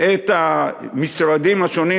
את המשרדים השונים,